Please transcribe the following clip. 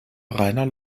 reiner